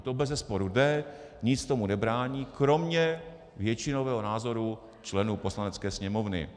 To bezesporu jde, nic tomu nebrání, kromě většinového názoru členů Poslanecké sněmovny.